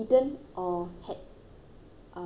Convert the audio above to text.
uh or is eating